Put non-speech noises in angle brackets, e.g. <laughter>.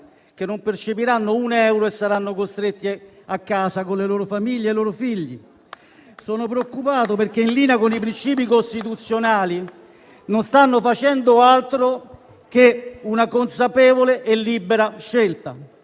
che non percepiranno un euro e saranno costretti a casa con le loro famiglie e i loro figli. <applause> Sono preoccupato perché, in linea con i principi costituzionali, non stanno facendo altro che una consapevole e libera scelta.